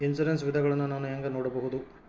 Insurance ವಿಧಗಳನ್ನ ನಾನು ಹೆಂಗ ನೋಡಬಹುದು?